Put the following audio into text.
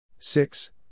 Six